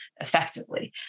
effectively